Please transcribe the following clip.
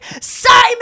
Simon